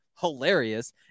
hilarious